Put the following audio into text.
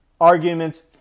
arguments